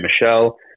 Michelle